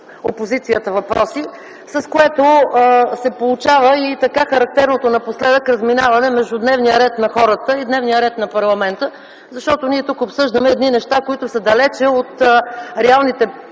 опозицията въпроси, с което се получава и характерното напоследък разминаване между дневния ред на хората и дневния ред на парламента, защото тук обсъждаме неща, които са далеч от реалните